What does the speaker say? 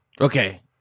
Okay